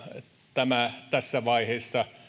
tämä tässä vaiheessa